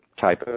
type